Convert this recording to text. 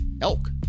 elk